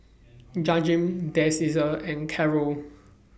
Jaheem Deasia and Carroll